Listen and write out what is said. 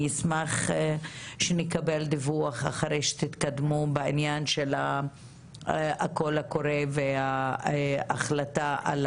אני אשמח שנקבל דיווח אחרי שתתקדמו בעניין של הקול הקורא וההחלטה על